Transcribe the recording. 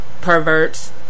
perverts